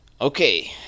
Okay